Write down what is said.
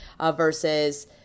versus